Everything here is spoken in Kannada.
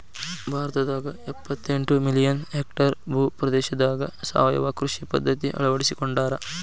ಭಾರತದಾಗ ಎಪ್ಪತೆಂಟ ಮಿಲಿಯನ್ ಹೆಕ್ಟೇರ್ ಭೂ ಪ್ರದೇಶದಾಗ ಸಾವಯವ ಕೃಷಿ ಪದ್ಧತಿ ಅಳ್ವಡಿಸಿಕೊಂಡಾರ